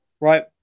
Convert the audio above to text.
Right